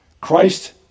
Christ